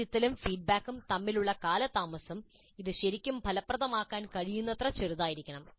വിലയിരുത്തലും ഫീഡ്ബാക്കും തമ്മിലുള്ള കാലതാമസം ഇത് ശരിക്കും ഫലപ്രദമാക്കാൻ കഴിയുന്നത്ര ചെറുതായിരിക്കണം